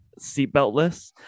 seatbeltless